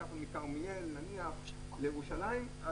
למשל מכרמיאל לירושלים,